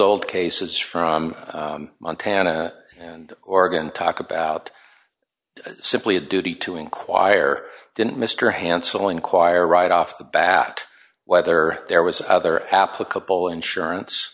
old cases from montana and oregon talk about simply a duty to inquire didn't mr hansel inquire right off the bat whether there was other applicable insurance